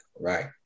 Right